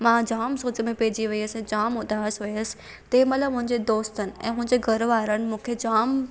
मां जाम सोच में पइजी वयसि जाम उदासु हुयसि तंहिं महिल मुंहिंजे दोस्तनि ऐं मुंहिंजे घर वारनि मूंखे जाम होसलो ॾिनो